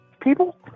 people